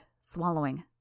swallowing